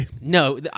No